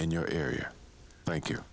in your area thank you